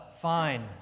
fine